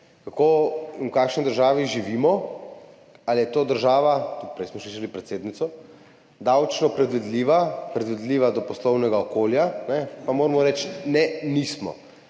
v kakšni državi živimo, ali je to država – tudi prej smo slišali predsednico –, ki je davčno predvidljiva, predvidljiva do poslovnega okolja, pa moramo reči: ne, nismo.